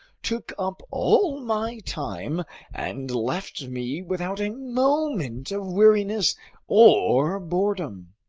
took up all my time and left me without a moment of weariness or boredom.